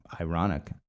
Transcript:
ironic